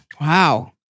Wow